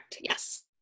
yes